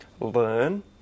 learn